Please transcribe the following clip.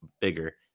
bigger